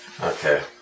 Okay